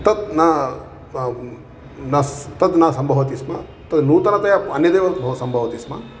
तत् न नस् तत् न सम्भवति स्म तत् नूतनतया अन्यदेव भवति सम्भवति स्म